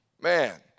man